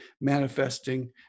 manifesting